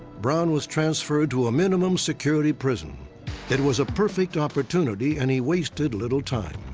brown was transferred to a minimum security prison that was a perfect opportunity, and he wasted little time.